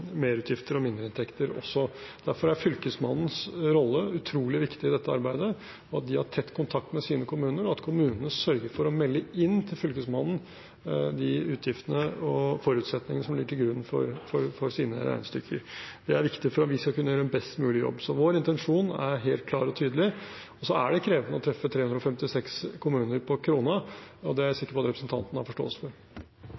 merutgifter og mindreinntekter også. Derfor er Fylkesmannens rolle utrolig viktig i dette arbeidet, at de har tett kontakt med sine kommuner, og at kommunene sørger for å melde inn til Fylkesmannen de utgiftene og forutsetningene som ligger til grunn for deres regnestykker. Det er viktig for at vi skal kunne gjøre en best mulig jobb. Vår intensjon er helt klar og tydelig. Så er det krevende å treffe 356 kommuner på krona, og det er jeg